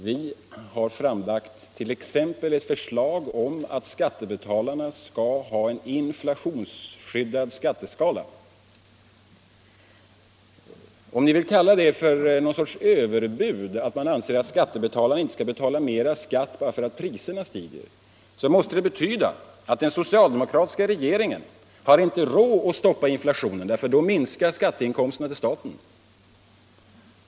Vi har framlagt t.ex. ett förslag om att skattebetalarna skall ha en inflationsskyddad skatteskala. Om ni vill kalla det för någon sorts överbud när man anser att skattebetalarna inte skall betala mera skatt bara för att priserna stiger, måste det betyda att den socialdemokratiska regeringen inte har råd att stoppa inflationen därför att då minskar skatteinkomsterna till staten.